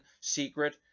secret